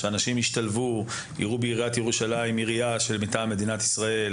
שאנשים ישתלבו ויראו בעיריית ירושלים כעירייה מטעם ישראל.